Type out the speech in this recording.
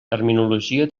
terminologia